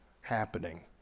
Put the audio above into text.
happening